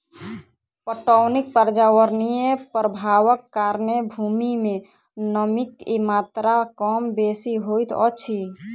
पटौनीक पर्यावरणीय प्रभावक कारणेँ भूमि मे नमीक मात्रा कम बेसी होइत अछि